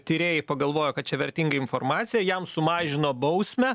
tyrėjai pagalvojo kad čia vertinga informacija jam sumažino bausmę